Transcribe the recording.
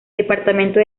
departamento